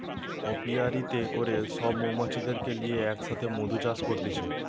অপিয়ারীতে করে সব মৌমাছিদেরকে লিয়ে এক সাথে মধু চাষ করতিছে